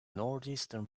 northeastern